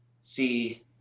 see